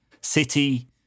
City